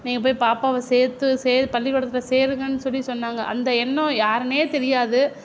நீங்கள் போய் பாப்பாவை சேர்த்து சேர்த்து பள்ளிக்கூடத்தில் சேருங்கன்னு சொல்லி சொன்னாங்க அந்த எண்ணம் யாருன்னே தெரியாது